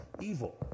evil